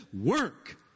work